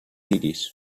iris